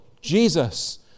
Jesus